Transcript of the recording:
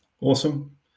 Awesome